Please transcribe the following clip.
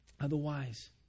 Otherwise